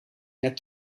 net